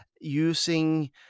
using